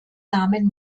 namen